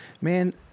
man